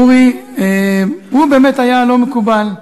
אורי, הוא באמת היה הלא-מקובל.